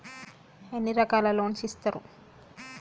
ఎన్ని రకాల లోన్స్ ఇస్తరు?